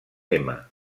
tema